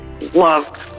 love